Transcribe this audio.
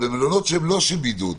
אבל במלונות לא של בידוד,